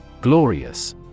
Glorious